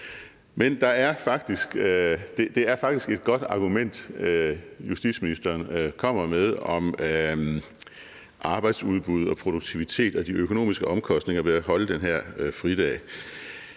Men det er faktisk et godt argument, justitsministeren kommer med om arbejdsudbud og produktivitet og de økonomiske omkostninger ved at holde den her fridag.